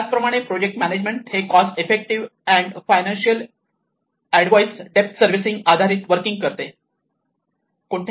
त्याचप्रमाणे project management हे cost effectiveness and financial advice depth servicing आधारित वर्किंग करते